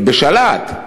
הם בשל"ת.